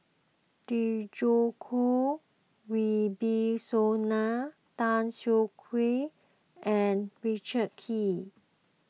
Djoko Wibisono Tan Siah Kwee and Richard Kee